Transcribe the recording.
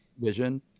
vision